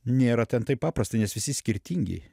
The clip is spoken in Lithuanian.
nėra ten taip paprasta nes visi skirtingi